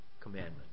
commandment